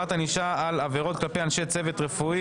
הענישה על עבירות כלפי אנשי צוות רפואי),